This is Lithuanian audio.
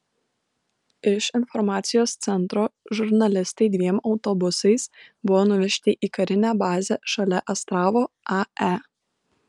iš informacijos centro žurnalistai dviem autobusais buvo nuvežti į karinę bazę šalia astravo ae